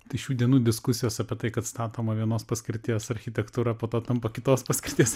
tai šių dienų diskusijos apie tai kad statoma vienos paskirties architektūra po to tampa kitos paskirties